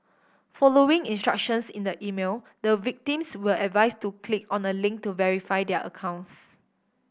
following instructions in the email the victims were advised to click on a link to verify their accounts